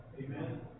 Amen